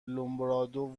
لومبرادو